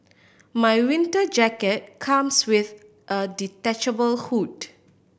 my winter jacket comes with a detachable hood